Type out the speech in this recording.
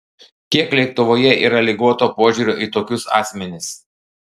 kiek lietuvoje yra ligoto požiūrio į tokius asmenis